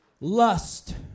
Lust